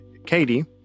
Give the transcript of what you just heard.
Katie